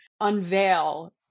unveil